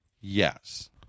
Yes